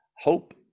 hope